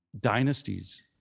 dynasties